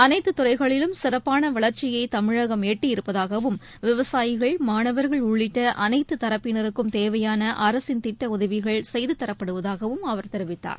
அனைத்துத் துறைகளிலும் சிறப்பான வளர்ச்சியை தமிழகம் எட்டியிருப்பதாகவும் விவசாயிகள் மாணவர்கள் உள்ளிட்ட அனைத்துத் தரப்பினருக்கும் தேவையான அரசின் திட்ட உதவிகள் செய்துத் தரப்படுவதாகவும் அவர் தெரிவித்தார்